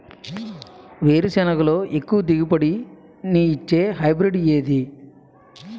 వేరుసెనగ లో ఎక్కువ దిగుబడి నీ ఇచ్చే హైబ్రిడ్ ఏది?